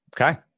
Okay